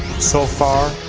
so far,